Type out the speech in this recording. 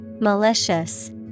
Malicious